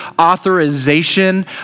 authorization